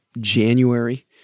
January